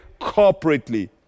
corporately